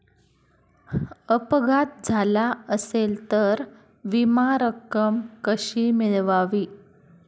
अपघात झाला असेल तर विमा रक्कम कशी मिळवावी?